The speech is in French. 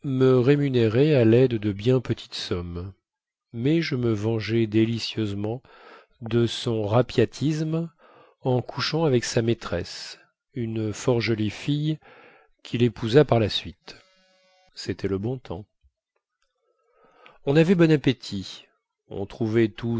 me rémunérait à laide de bien petites sommes mais je me vengeais délicieusement de son rapiatisme en couchant avec sa maîtresse une fort jolie fille quil épousa par la suite cétait le bon temps on avait bon appétit on trouvait tout